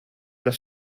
das